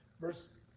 verse